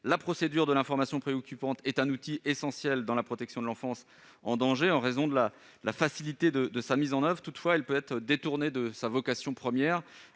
La procédure de l'information préoccupante est un outil essentiel dans la protection de l'enfance en danger en raison de sa facilité de mise en oeuvre. Toutefois, elle peut être détournée de sa vocation première,